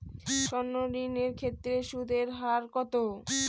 সর্ণ ঋণ এর ক্ষেত্রে সুদ এর হার কত?